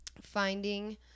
finding